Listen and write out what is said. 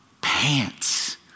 pants